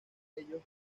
ellos